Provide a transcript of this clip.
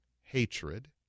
hatred